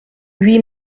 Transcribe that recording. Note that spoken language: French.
huit